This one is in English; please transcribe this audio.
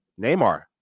Neymar